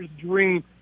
dream